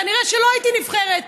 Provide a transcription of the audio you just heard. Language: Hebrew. כנראה לא הייתי נבחרת,